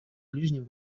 ближнем